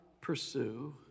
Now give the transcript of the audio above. pursue